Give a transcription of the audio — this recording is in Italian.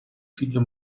figlio